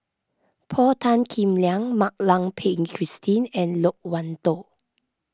Paul Tan Kim Liang Mak Lai Peng Christine and Loke Wan Tho